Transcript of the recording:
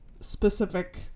specific